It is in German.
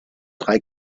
drei